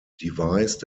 devised